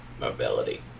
Mobility